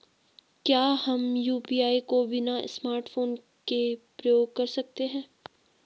क्या हम यु.पी.आई को बिना स्मार्टफ़ोन के प्रयोग कर सकते हैं?